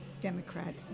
Democrat